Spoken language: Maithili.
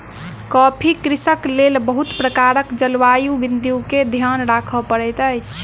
कॉफ़ी कृषिक लेल बहुत प्रकारक जलवायु बिंदु के ध्यान राखअ पड़ैत अछि